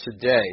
today